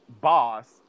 boss